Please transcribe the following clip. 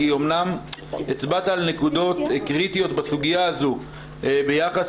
כי אמנם הצבעת על נקודות קריטיות בסוגיה הזאת ביחס